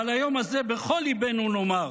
אבל היום הזה בכל ליבנו נאמר: